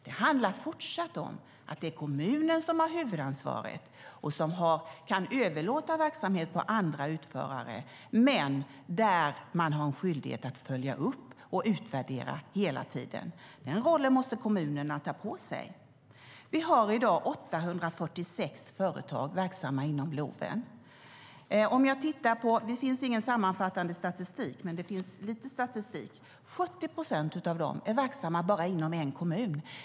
Det handlar fortsatt om att det är kommunen som har huvudansvaret och som kan överlåta verksamhet på andra utförare, men man har en skyldighet att följa upp och utvärdera hela tiden. Den rollen måste kommunerna ta på sig. Vi har i dag 846 företag verksamma inom LOV. Det finns ingen sammanfattande statistik, men det finns i alla fall lite statistik. 70 procent av företagen är verksamma bara i en kommun.